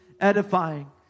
edifying